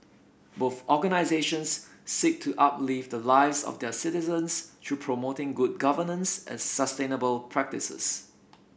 both organisations seek to uplift the lives of their citizens through promoting good governance and sustainable practices